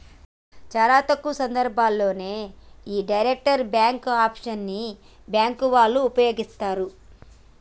చాలా తక్కువ సందర్భాల్లోనే యీ డైరెక్ట్ డెబిట్ ఆప్షన్ ని బ్యేంకు వాళ్ళు వుపయోగిత్తరు